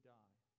die